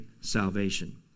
salvation